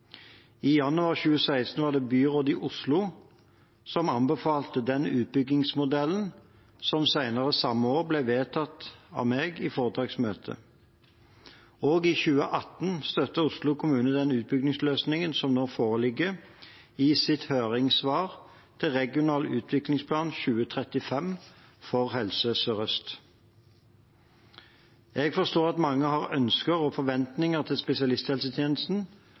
I januar 2016 var det byrådet i Oslo som anbefalte den utbyggingsmodellen som senere samme år ble vedtatt av meg i foretaksmøte. Også i 2018 støttet Oslo kommune den utbyggingsløsningen som nå foreligger, i sitt høringssvar til Regional utviklingsplan 2035 for Helse Sør-Øst. Jeg forstår at mange har ønsker og forventninger til spesialisthelsetjenesten